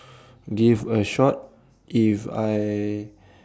give a shot if I